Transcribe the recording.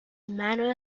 manner